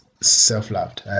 self-loved